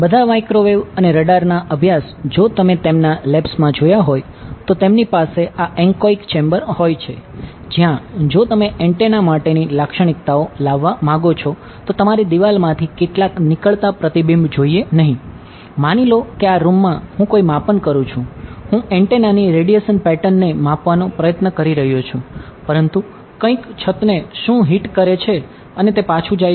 બધા માઇક્રોવેવ જાય છે